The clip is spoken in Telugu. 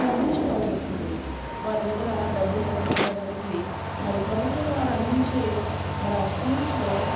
చదివించుకోవాల్సి వస్తుంది వారి దగ్గర డబ్బు లేకపోయినప్పటికీ మరి ప్రభుత్వం వారు అందించే మరి ఆ స్కూల్స్లో